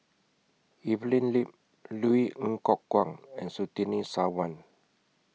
Evelyn Lip Louis Ng Kok Kwang and Surtini Sarwan